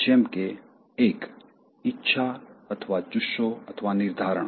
જેમ કે એક ઇચ્છા જુસ્સો નિર્ધારણ